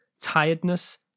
tiredness